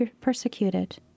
persecuted